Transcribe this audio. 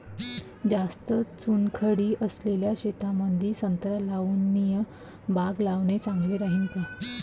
जास्त चुनखडी असलेल्या शेतामंदी संत्रा लिंबूवर्गीय बाग लावणे चांगलं राहिन का?